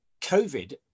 COVID